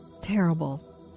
terrible